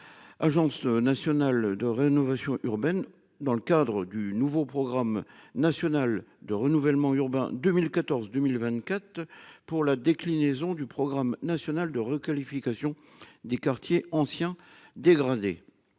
Agence nationale de rénovation urbaine dans le cadre du nouveau programme national de renouvellement urbain. 2014 2024 pour la déclinaison du Programme national de requalification des quartiers anciens dégradés.